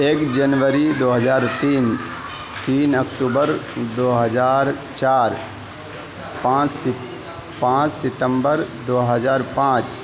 ایک جنوری دو ہزار تین تین اکتوبر دو ہزار چار پانچ پانچ ستمبر دو ہزار پانچ